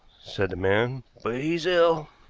said the man, but he's ill.